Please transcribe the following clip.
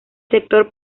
sector